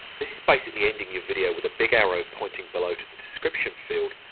this is basically ending your video with a big arrow pointing below to the description field,